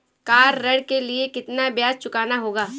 Car ऋण के लिए कितना ब्याज चुकाना होगा?